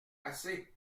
assez